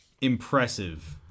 impressive